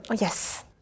Yes